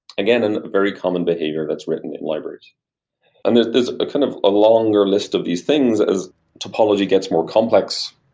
again, in a very common bid here that's written at libraries and there's there's kind of a longer list of these things as topology gets more complex,